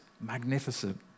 magnificent